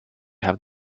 have